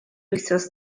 wythnos